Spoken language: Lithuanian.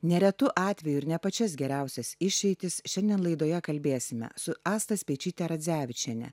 neretu atveju ir ne pačias geriausias išeitis šiandien laidoje kalbėsime su asta speičyte radzevičiene